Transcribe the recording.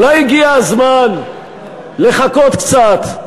אולי הגיע הזמן לחכות קצת,